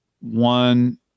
one